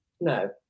no